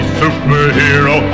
superhero